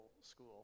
school